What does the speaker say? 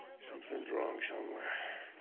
something's wrong somewhere.